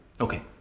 Okay